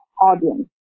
audience